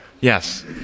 Yes